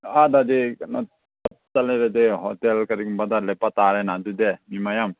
ꯑꯥꯗꯗꯤ ꯀꯩꯅꯣ ꯆꯠꯂꯒꯗꯤ ꯍꯣꯇꯦꯜ ꯀꯔꯤꯒꯨꯝꯕꯗ ꯂꯩꯕ ꯇꯥꯔꯦꯅ ꯑꯗꯨꯗꯤ ꯃꯤ ꯃꯌꯥꯝ